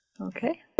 Okay